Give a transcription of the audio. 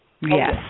Yes